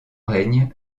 règne